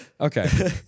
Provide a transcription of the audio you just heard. okay